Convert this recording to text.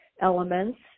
elements